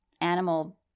animal